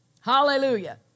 Hallelujah